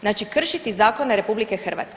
Znači kršiti zakone RH.